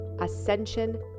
Ascension